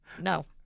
No